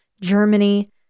Germany